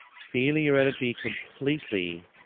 feeling your energy completely